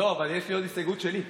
אבל יש לי עוד הסתייגות שלי.